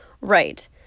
right